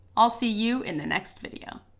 i'll see you in the next video.